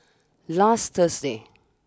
last Thursday